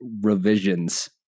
revisions